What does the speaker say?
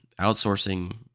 outsourcing